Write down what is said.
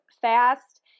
fast